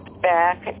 back